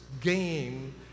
game